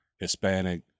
hispanic